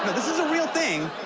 this is a real thing,